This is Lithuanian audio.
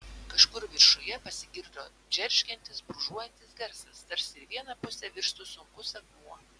kažkur viršuje pasigirdo džeržgiantis brūžuojantis garsas tarsi į vieną pusę virstų sunkus akmuo